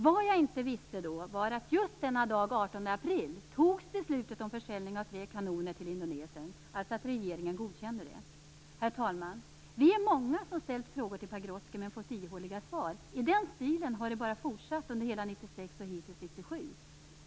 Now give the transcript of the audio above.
Vad jag inte visste då var att just denna dag, den 18 april, fattades beslutet om försäljning av tre kanoner till Indonesien. Regeringen godkände det alltså. Herr talman! Vi är många som har ställt frågor till Pagrotsky och fått ihåliga svar. Det har fortsatt i den stilen under hela 1996 och hittills under 1997.